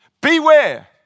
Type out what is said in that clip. Beware